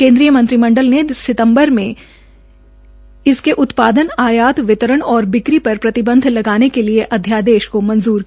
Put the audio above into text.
केन्द्रीय मंत्रिमंडल ने सितम्बर से इसके उत्पादन आयात वितरण और बिक्री पर प्रतिबंध लगाने के लिए अध्यादेश मंजूर किया था